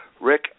Rick